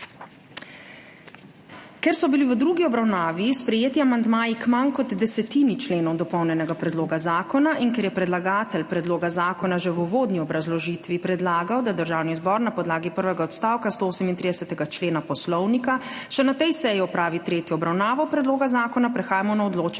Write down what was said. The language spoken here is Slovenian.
Ker so bili v drugi obravnavi sprejeti amandmaji k manj kot desetini členov dopolnjenega predloga zakona in ker je predlagatelj predloga zakona že v uvodni obrazložitvi predlagal, da Državni zbor na podlagi prvega odstavka 138. člena Poslovnika še na tej seji opravi tretjo obravnavo predloga zakona, prehajamo na odločanje